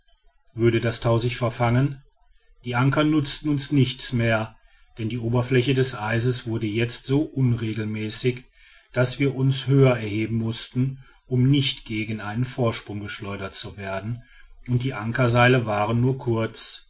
würde das tau sich verfangen die anker nutzten uns nichts mehr denn die oberfläche des eises wurde jetzt so unregelmäßig daß wir uns höher erheben mußten um nicht gegen einen vorsprung geschleudert zu werden und die ankerseile waren nur kurz